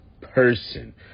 person